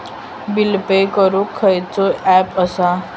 Bill pay करूक खैचो app असा?